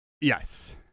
Yes